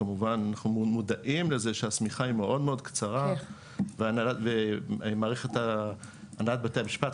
שכמובן אנחנו מודעים לזה שהשמיכה היא מאוד מאוד קצרה והנהלת בתי המשפט,